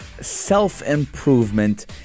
self-improvement